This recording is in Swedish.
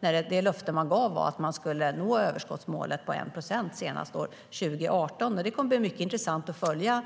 Det löfte man gav var att man skulle nå överskottsmålet på 1 procent senast år 2018.Överläggningen var härmed